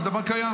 זה דבר קיים.